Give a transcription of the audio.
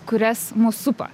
kurias mus supa